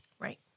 Right